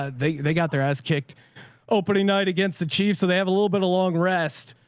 ah they, they got their ass kicked opening night against the chief. so they have a little bit of long rest.